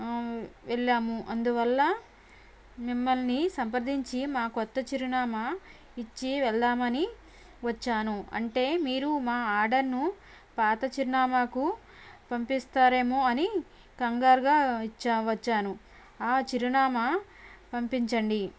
వెళ్ళాము అందువల్ల మిమ్మల్ని సంప్రదించి మా కొత్త చిరునామా ఇచ్చి వెళ్దామని వచ్చాను అంటే మీరు మా ఆర్డర్ను పాత చిరునామాకు పంపిస్తారేమో అని కంగారుగా ఇచ్చా వచ్చాను ఆ చిరునామా పంపించండి